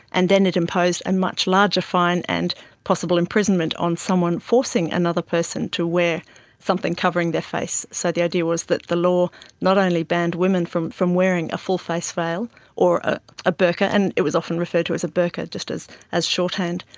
and then it imposed a much larger fine and possible imprisonment on someone forcing another person to wear something covering their face. so the idea was that the law not only banned women from from wearing a full face veil or a a burka, and it was often referred to as a burka, just as as shorthand,